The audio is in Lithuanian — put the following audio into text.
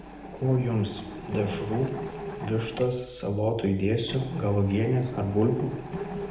ko jums dešrų vištos salotų įdėsiu gal uogienės ar bulvių